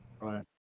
Right